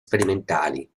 sperimentali